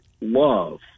love